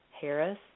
Harris